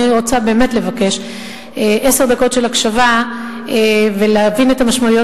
אני רוצה באמת לבקש עשר דקות של הקשבה כדי להבין את המשמעויות